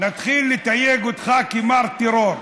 נתחיל לתייג אותם כ"מר טרור",